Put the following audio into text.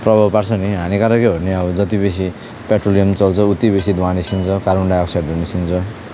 प्रभाव पार्छ नि हानिकारकै हो नि अब जति बेसी पेट्रोलियम चल्छ उति बेसै धुँवा निस्किन्छ कार्बन डाइअक्साइडहरू निस्किन्छ